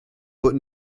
but